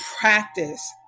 practice